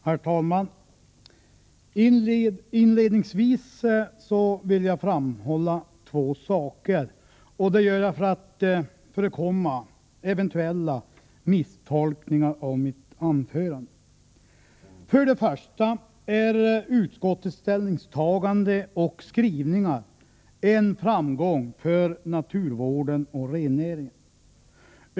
Herr talman! Inledningsvis vill jag framhålla två saker, och det gör jag för att förekomma eventuella misstolkningar av mitt anförande. För det första är utskottets ställningstagande och skrivningar en framgång för naturvården och rennäringen.